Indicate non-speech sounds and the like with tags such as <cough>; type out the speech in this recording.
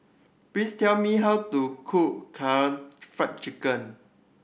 please tell me how to cook <unintelligible> Fried Chicken